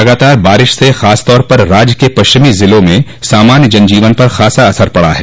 लगातार बारिश से खासतौर पर राज्य के पश्चिमी जिलों में सामान्य जनजीवन पर खासा असर पड़ा है